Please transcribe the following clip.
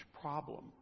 problem